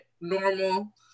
normal